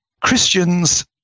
Christians